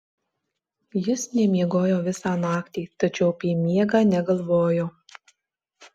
jis nemiegojo visą naktį tačiau apie miegą negalvojo